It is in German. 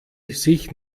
sich